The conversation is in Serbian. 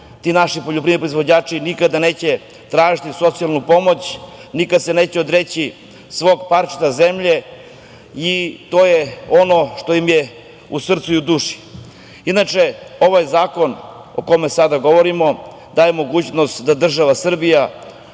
Ti naši poljoprivredni proizvođači nikada neće tražiti socijalnu pomoć, nikad se neće odreći svog parčeta zemlje i to je ono što im je u srcu i duši. Inače, ovaj zakon o kome govorimo daje mogućnost da država Srbije,